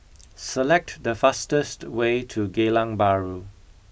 select the fastest way to Geylang Bahru